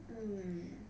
mm